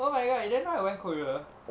oh my god you didn't know I went korea